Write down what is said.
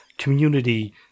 community